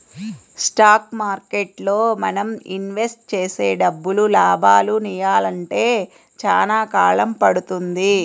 stock మార్కెట్టులో మనం invest చేసే డబ్బులు లాభాలనియ్యాలంటే చానా కాలం పడుతుంది